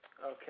Okay